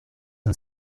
and